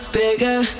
bigger